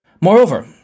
Moreover